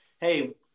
hey